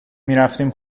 میرفتیم